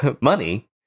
money